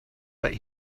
but